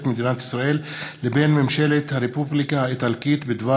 מדינת ישראל לבין ממשלת הרפובליקה האיטלקית בדבר